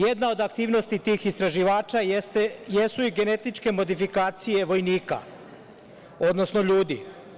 Jedna od aktivnosti tih istraživača jesu i genetičke modifikacije vojnika, odnosno ljudi.